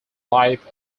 life